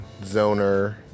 Zoner